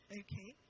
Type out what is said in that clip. okay